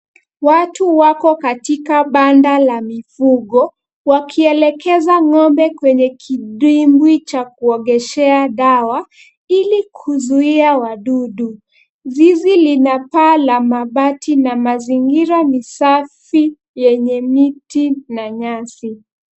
Watu wako katika banda la mifugo, wakielekeza ng'ombe kwenye kidimbwi cha kuogeshea dawa ili kuzuia wadudu. Zizi lina paa la mabati na mazingira ni safi yenye miti na nyasi.